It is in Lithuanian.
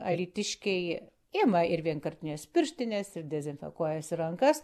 alytiškiai ima ir vienkartines pirštines ir dezinfekuojasi rankas